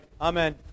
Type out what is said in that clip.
Amen